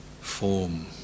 form